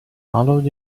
allowed